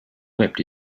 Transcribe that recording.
wept